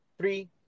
Three